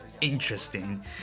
interesting